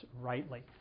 rightly